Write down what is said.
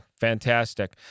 fantastic